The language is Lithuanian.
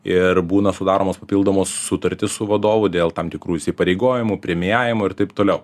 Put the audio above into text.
ir būna sudaromos papildomos sutartys su vadovu dėl tam tikrų įsipareigojimų premijavimo ir taip toliau